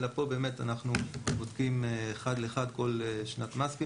אלא פה אנחנו בודקים אחד לאחד כל שנת מס.